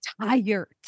tired